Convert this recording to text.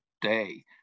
day